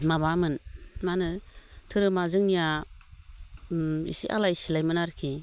माबामोन मा होनो धोरोमा जोंनिया एसे आलाय सिलायमोन आरोखि